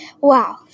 Wow